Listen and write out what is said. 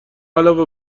علاوه